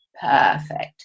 perfect